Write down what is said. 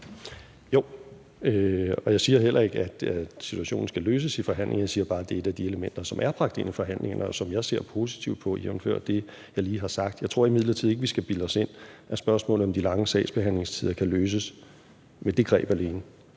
Jo, og jeg siger heller ikke, at situationen skal løses i forhandlinger. Jeg siger bare, at det er et af de elementer, som er bragt ind i forhandlingerne, og som jeg ser positivt på jævnfør det, jeg lige har sagt. Jeg tror imidlertid ikke, vi skal bilde os ind, at spørgsmålet om de lange sagsbehandlingstider kan løses med det greb alene.